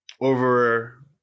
Over